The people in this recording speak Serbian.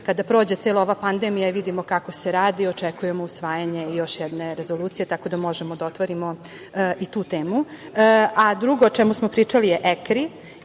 kada prođe cela ova pandemija i vidimo kako se radi, očekujemo usvajanje još jedne rezolucije. Tako da možemo da otvorimo i tu temu. Drugo o čemu smo pričali je EKRI.